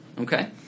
Okay